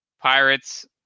Pirates